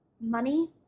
money